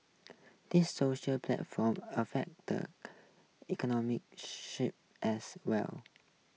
these social platform affect the economic sphere as well